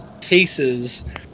cases